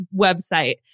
website